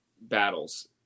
battles